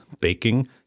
baking